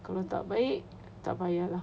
kalau tak baik tak payah lah